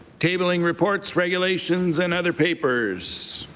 tabling reports, regulations and other papers.